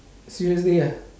seriously ah